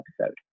episode